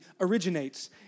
originates